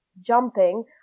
jumping